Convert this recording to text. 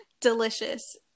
delicious